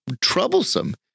troublesome